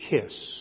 kiss